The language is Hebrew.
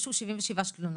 הגישו 77 תלונות,